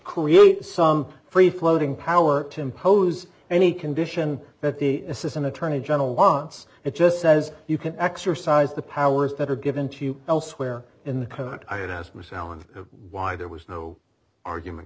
create some free floating power to impose any condition that the assistant attorney general wants it just says you can exercise the powers that are given to you elsewhere in the house michel and why there was no argument